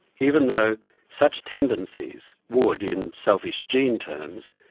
even though such tendencies would, in selfish gene terms,